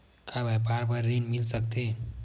का व्यापार बर ऋण मिल सकथे?